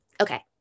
okay